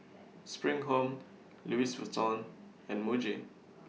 SPRING Home Louis Vuitton and Muji